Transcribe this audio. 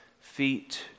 feet